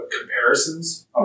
comparisons